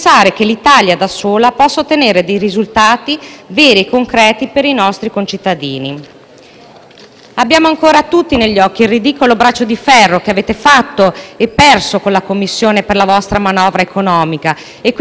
Abbiamo ancora tutti negli occhi il ridicolo braccio di ferro che avete fatto e perso con la Commissione per la vostra manovra economica e pertanto auspichiamo, sin da questo Consiglio europeo, una nuova fase di dialogo e confronto con i nostri *partner*,